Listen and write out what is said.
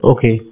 Okay